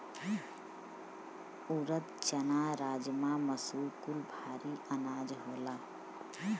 ऊरद, चना, राजमा, मसूर कुल भारी अनाज होला